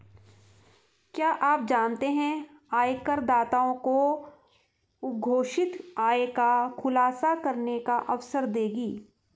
क्या आप जानते है आयकरदाताओं को अघोषित आय का खुलासा करने का अवसर देगी?